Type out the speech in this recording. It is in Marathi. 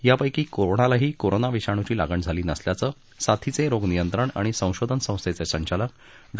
यापैकी कोणालाही कोरोना विषाणूची लागण झाली नसल्याचं साथीचे रोग नियंत्रण आणि संशोधन संस्थेचे संचालक डॉ